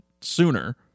sooner